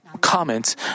comments